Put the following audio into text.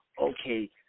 okay